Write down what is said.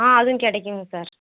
ஆ அதுவும் கிடைக்குங்க சார்